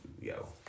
yo